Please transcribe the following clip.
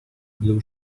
blue